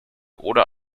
oder